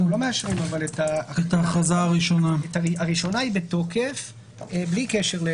ההכרזה הראשונה היא בתוקף בלי קשר.